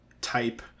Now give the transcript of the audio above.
type